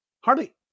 Hardly